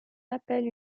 appelle